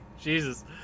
Jesus